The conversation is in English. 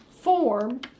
form